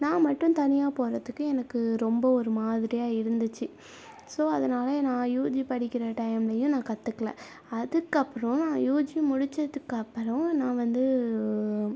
நான் மட்டும் தனியாக போகிறத்துக்கு எனக்கு ரொம்ப ஒரு மாதிரியாக இருந்துச்சு ஸோ அதனாலயே நான் யூஜி படிக்கிற டைம்லேயும் நான் கற்றுக்கல அதுக்கு அப்பறம் நான் யூஜி முடித்ததுக்கு அப்பறம் நான் வந்து